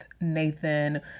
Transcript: Nathan